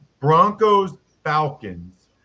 Broncos-Falcons